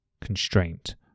constraint